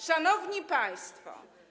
Szanowni Państwo!